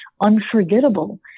unforgettable